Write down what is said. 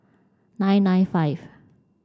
nine nine five